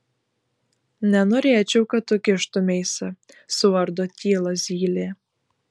nenorėčiau kad tu kištumeisi suardo tylą zylė